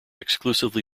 exclusively